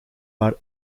maar